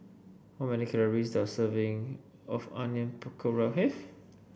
how many calories does a serving of Onion Pakora have